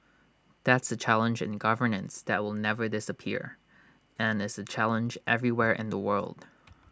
that's A challenge in governance that will never disappear and is A challenge everywhere in the world